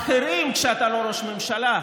אחרים, כשאתה לא ראש ממשלה,